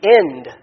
end